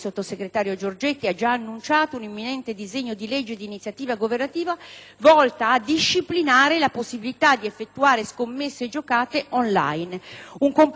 disciplinare le possibilità di effettuare scommesse e giocate *on line.* Si tratta di un comparto che certamente necessita di una normativa quadro a livello nazionale